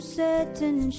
certain